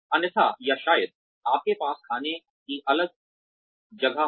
अन्यथा या शायद आपके पास खाने की एक अलग जगह हो